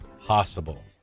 possible